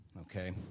okay